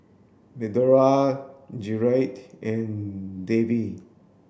Medora Gerrit and Davie